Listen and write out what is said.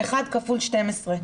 1 כפול 12,